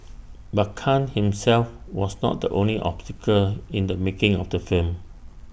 but Khan himself was not the only obstacle in the making of the film